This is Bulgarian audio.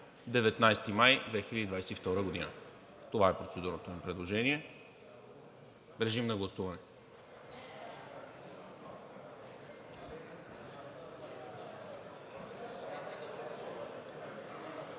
19 май 2022 г. Това е процедурното ми предложение. Режим на гласуване.